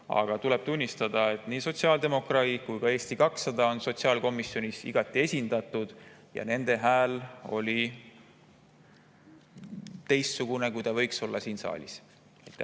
Aga tuleb tunnistada, et sotsiaaldemokraadid ja Eesti 200 on sotsiaalkomisjonis igati esindatud ja nende hääl oli seal teistsugune, kui ta võiks olla siin saalis.